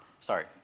Sorry